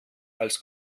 als